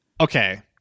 Okay